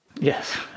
Yes